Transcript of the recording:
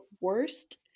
worst